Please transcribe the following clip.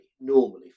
normally